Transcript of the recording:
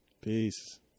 Peace